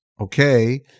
okay